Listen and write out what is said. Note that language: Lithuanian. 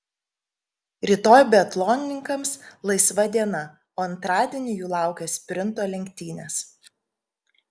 rytoj biatlonininkams laisva diena o antradienį jų laukia sprinto lenktynės